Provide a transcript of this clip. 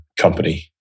company